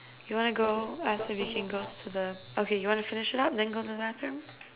you want to go ask if we can go to the okay you want to finish it up then go to the bathroom